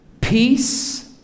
Peace